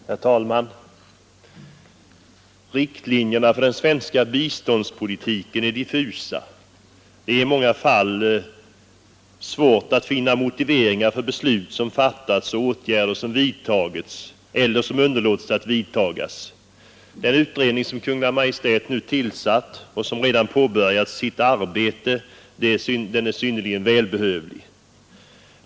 Herr talman! Riktlinjerna för den svenska biståndspolitiken är diffusa. Det är i många fall svårt att finna motiveringar för beslut som fattats och åtgärder som vidtagits eller som man underlåtit att vidtaga. Den utredning som Kungl. Maj:t nu tillsatt och som redan påbörjat sitt arbete är synnerligen välbehövlig.